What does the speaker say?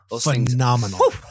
phenomenal